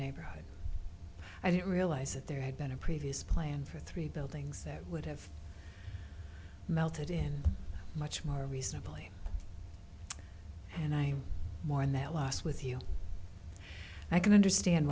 neighborhood i didn't realize that there had been a previous plan for three buildings that would have melted in much more recently and i mourn the loss with you i can understand